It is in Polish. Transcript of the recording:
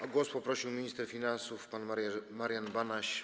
O głos poprosił minister finansów pan Marian Banaś.